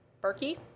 Berkey